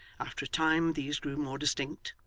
after a time these grew more distinct,